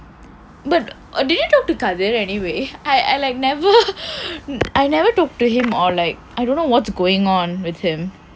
but did you talk to kathir anyway I I like never I never talk to him or like I don't know what's going on with him